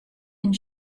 and